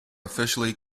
officially